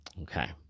Okay